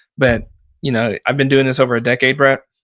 but you know i've been doing this over a decade, brett.